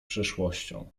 przeszłością